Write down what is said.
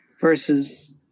versus